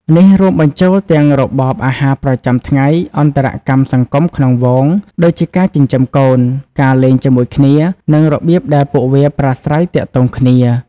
នេះរួមបញ្ចូលទាំង របបអាហារប្រចាំថ្ងៃ អន្តរកម្មសង្គមក្នុងហ្វូង ដូចជាការចិញ្ចឹមកូន ការលេងជាមួយគ្នា និងរបៀបដែលពួកវាប្រាស្រ័យទាក់ទងគ្នា។